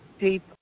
deep